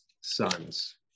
sons